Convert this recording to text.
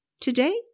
Today